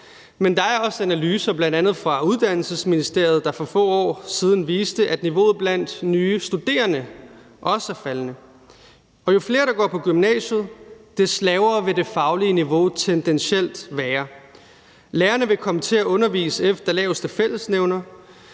men der er også analyser, bl.a. fra Uddannelses- og Forskningsministeriet, der for få år siden viste, at niveauet blandt nye studerende også er faldende. Jo flere der går på gymnasiet, des lavere vil det faglige niveau tendentielt være. Lærerne vil komme til at undervise efter laveste fællesnævner,